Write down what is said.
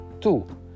Two